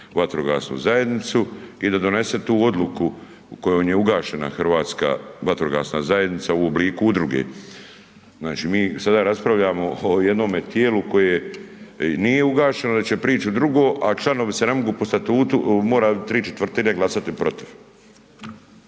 vatrogasnu zajednicu i da donese tu odluku kojom je ugašena Hrvatska vatrogasna zajednica u obliku udruge. Znači mi sada raspravljamo o jednome tijelu koje nije ugašeno da će prić u drugo, a članovi se ne mogu po statutu mora 3/4 glasati protiv.